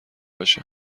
بشه